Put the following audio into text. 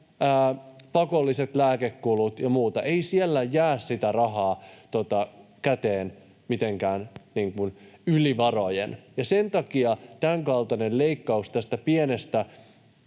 pakolliset lääkekulut ja muuta. Ei siellä jää rahaa käteen mitenkään yli varojen. Sen takia tämänkaltainen leikkaus tästä pienestä